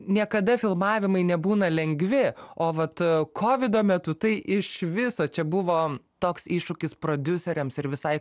niekada filmavimai nebūna lengvi o vat kovido metu tai iš viso čia buvo toks iššūkis prodiuseriams ir visai